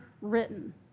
written